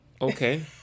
Okay